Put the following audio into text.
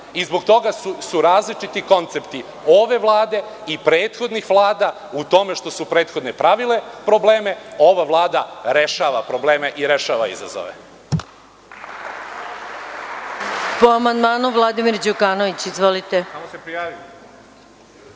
Zbog toga su različiti koncepti ove Vlade i prethodnih vlada, u tome što su prethodne pravile probleme, ova Vlada rešava probleme i rešava izazove.